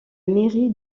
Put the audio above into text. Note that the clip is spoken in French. mairie